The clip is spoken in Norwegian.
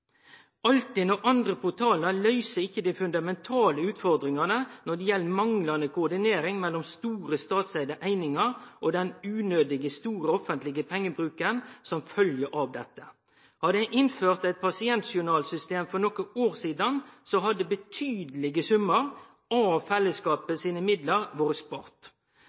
alltid nødvendig å finne opp krutet på nytt. Altinn og andre portalar løyser ikkje dei fundamentale utfordringane når det gjeld manglande koordinering mellom store statseigde einingar og den unødig store offentlege pengebruken som følgjer av dette. Hadde ein innført eit pasientjournalsystem for nokre år sidan, hadde betydelege summar av fellesskapets midlar